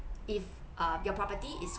if err your property is